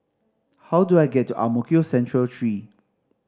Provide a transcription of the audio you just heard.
how do I get to Ang Mo Kio Central Three